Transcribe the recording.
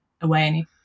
away